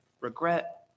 regret